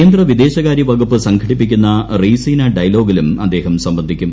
കേന്ദ്ര വിദേശകാരൃവകുപ്പ് സംഘടിപ്പിക്കുന്ന റെയ്സിനാ ഡയലോഗിലും അദ്ദേഹം സംബന്ധിക്കും